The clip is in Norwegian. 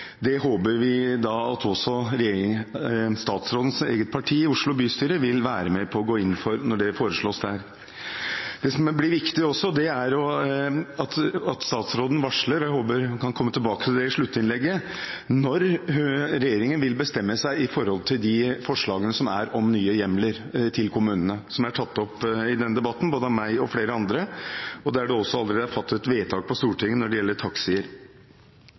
Det håper vi statsrådens eget parti i Oslo bystyre vil være med på å gå inn for, når dette foreslås der. Det som også blir viktig, er at statsråden varsler – jeg håper hun kan komme tilbake til dette i sluttinnlegget – når regjeringen vil bestemme seg når det gjelder forslagene til nye hjemler til kommunene, noe som er tatt opp i denne debatten både av meg og av flere andre, og der det også allerede er fattet vedtak på Stortinget når det gjelder taxier.